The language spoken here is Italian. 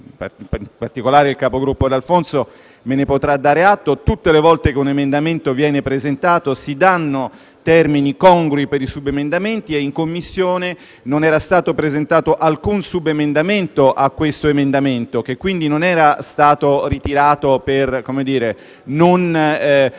in Commissione - il capogruppo D'Alfonso me ne potrà dare atto - tutte le volte che un emendamento viene presentato si danno termini congrui per la presentazione di subemendamenti, ma in Commissione non era stato presentato alcun subemendamento a questo emendamento. Quindi quest'ultimo non era stato ritirato certo